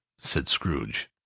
said scrooge.